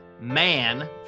Man